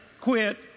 quit